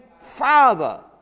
father